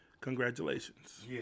Congratulations